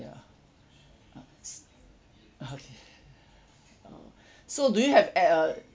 ya uh s~ okay uh so do you have e~ a